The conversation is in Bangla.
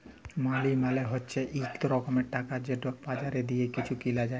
মালি মালে হছে ইক রকমের টাকা যেট বাজারে দিঁয়ে কিছু কিলা যায়